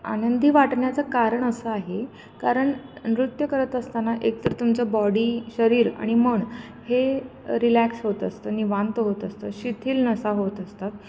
आनंदी वाटण्याचं कारण असं आहे कारण नृत्य करत असताना एकतर तुमचं बॉडी शरीर आणि मन हे रिलॅक्स होत असतं निवांत होत असतं शिथिल नसा होत असतात